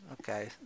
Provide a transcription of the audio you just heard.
Okay